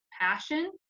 passion